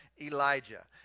Elijah